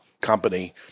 company